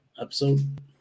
episode